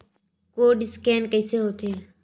Code scan कइसे होथे?